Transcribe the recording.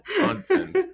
content